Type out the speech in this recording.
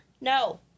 No